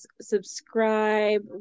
subscribe